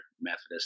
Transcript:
Methodist